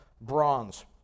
bronze